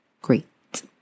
Great